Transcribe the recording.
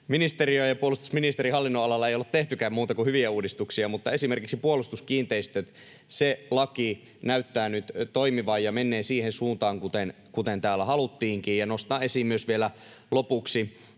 puolustusministeriön ja puolustusministerin hallinnonalalla ei olla tehtykään muita kuin hyviä uudistuksia. Esimerkiksi laki Puolustuskiinteistöistä näyttää nyt toimivan ja menneen siihen suuntaan, mihin täällä haluttiinkin. Ja nostan esiin vielä lopuksi